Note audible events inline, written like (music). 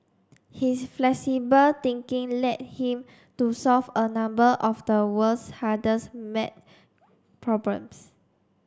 his flexible thinking led him to solve a number of the world's hardest (unintelligible) problems